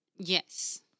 Yes